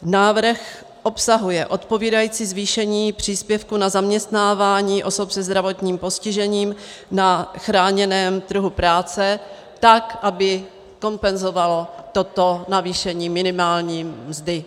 Návrh obsahuje odpovídající zvýšení příspěvku na zaměstnávání osob se zdravotním postižením na chráněném trhu práce, tak aby kompenzovalo toto navýšení minimální mzdy.